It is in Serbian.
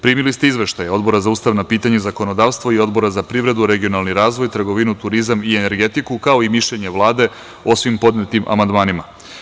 Primili ste izveštaje Odbora za ustavna pitanja i zakonodavstvo i Odbora za privredu, regionalni razvoj, trgovinu, turizam i energetiku, kao i mišljenje Vlade o svim podnetim amandmanima.